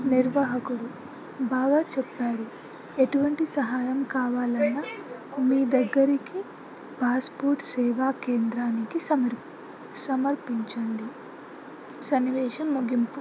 నిర్వాహకుడు బాగా చెప్పారు ఎటువంటి సహాయం కావాలన్నా మీ దగ్గరికి పాస్పోర్ట్ సేవా కేంద్రానికి సమర్పించండి సన్నివేేశం ముగింపు